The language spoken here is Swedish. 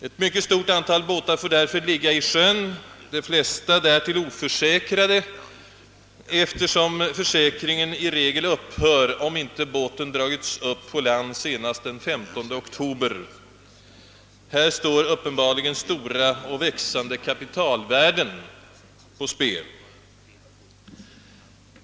Ett mycket stort antal får därför ligga i sjön, de flesta därtill oförsäkrade, eftersom försäkringen i regel upphör om inte båten dragits upp på land senast den 135 oktober. Här står uppenbarligen stora och växande kapitalvärden på spel.